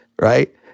right